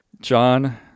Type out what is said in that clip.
John